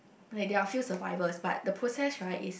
like they are few survivors but the process right is